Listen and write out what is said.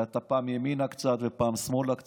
ואתה פעם ימינה קצת ופעם שמאלה קצת.